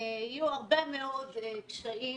יהיו הרבה מאוד קשיים